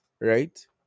Right